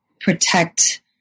protect